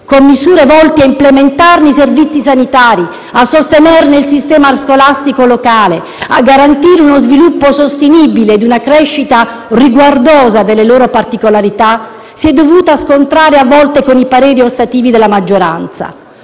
con misure volte a implementarne i servizi sanitari, a sostenerne il sistema scolastico locale, a garantire uno sviluppo sostenibile di una crescita riguardosa delle loro particolarità si sono dovuti scontrare, a volte, con i pareri ostativi della maggioranza.